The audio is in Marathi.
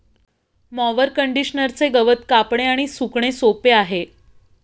मॉवर कंडिशनरचे गवत कापणे आणि सुकणे सोपे आहे